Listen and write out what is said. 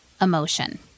Emotion